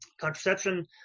Contraception